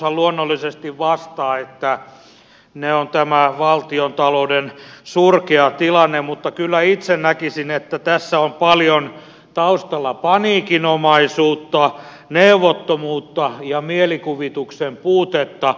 hallitushan luonnollisesti vastaa että se on tämä valtiontalouden surkea tilanne mutta kyllä itse näkisin että tässä on taustalla paljon paniikinomaisuutta neuvottomuutta ja mielikuvituksen puutetta